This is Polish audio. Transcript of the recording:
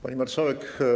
Pani Marszałek!